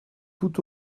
tout